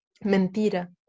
Mentira